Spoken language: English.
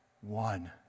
One